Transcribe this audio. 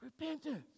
Repentance